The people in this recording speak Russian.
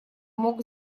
мог